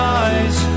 eyes